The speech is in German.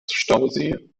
stausee